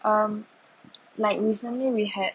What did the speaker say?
um like recently we had